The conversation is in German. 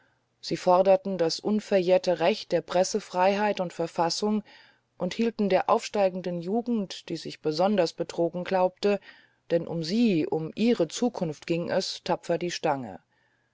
sie forderten das unverjährte recht der pressefreiheit und verfassung und hielten der aufsteigenden jugend die sich besonders betrogen glaubte denn um sie um ihre zukunft ging es tapfer die stange